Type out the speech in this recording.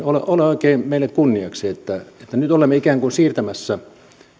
oikein meille kunniaksi että nyt olemme ikään kuin siirtämässä